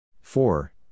four